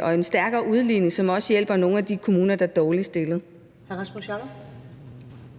og stærkere udligning, som også hjælper nogle af de kommuner, der er dårligt stillede.